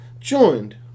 Joined